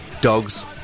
dogs